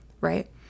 right